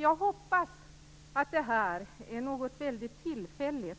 Jag hoppas att det här är väldigt tillfälligt